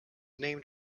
named